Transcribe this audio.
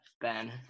Ben